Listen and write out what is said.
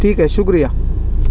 ٹھیک ہے شکریہ